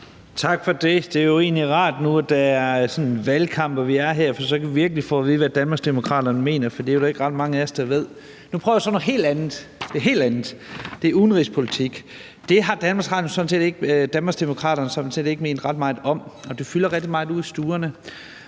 Tak for det. Det er jo egentlig rart, når nu der sådan er valgkamp og vi er her, for så kan vi virkelig få at vide, hvad Danmarksdemokraterne mener. For det er der ikke ret mange af os der ved. Nu prøver jeg så noget helt andet, nemlig udenrigspolitik. Det har Danmarksdemokraterne sådan set ikke ment ret meget om, og det fylder rigtig meget ude i stuerne.